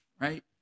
right